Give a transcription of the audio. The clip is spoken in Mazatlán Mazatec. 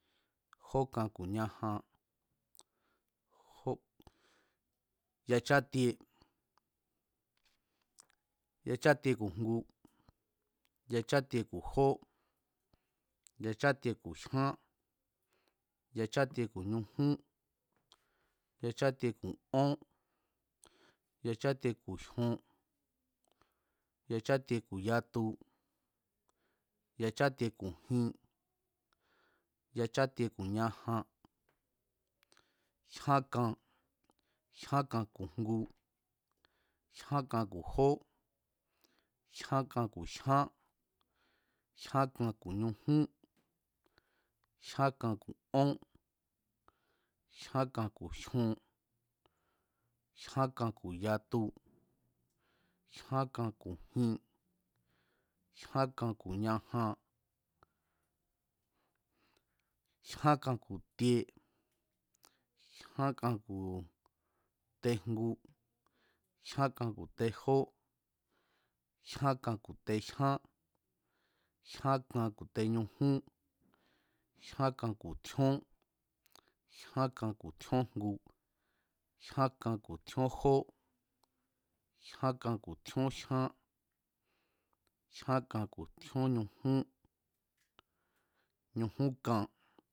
Jókan ku̱ ñajan, yachátie, yachátie ku̱jngu, yachátie ku̱ jó, yachátie ku̱ jyán, yachátie ku̱ ñujún, yachátie ku̱ ón, yachátien ku̱ jyon, yachátie ku̱ yatu, yachátie ku̱ jin, yachátie ku̱ ñajan, jyán kan, jyán kan ku̱ jngu, jyán kan ku̱ jó, jyán kan ku̱ jyán, jyán kan ku̱ ñujún, jyán kan ku̱ ón, jyán kan ku̱ jyon, jyan kan ku̱ yatu, jyán kan ku̱ jin, jyankan ku̱ ñajan, jyán kan ku̱ tie, jyán kan ku̱ tejngu, jyán kan ku̱ tejó, jyán kan ku̱ jyán, jyákan ku̱ teñujún, jyan kanku̱ tjíón, jyán kan ku̱ tjíónjngu, jyán kan ku̱ tjión jó, jyán kan ku̱ tjíón jyán jyán kan ku̱ tjíóñujún, ñujúnkan